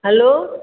hello